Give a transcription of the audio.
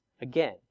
Again